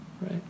Right